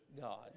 God